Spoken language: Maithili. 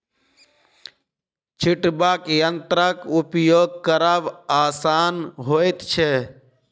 छिटबाक यंत्रक उपयोग करब आसान होइत छै